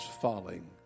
falling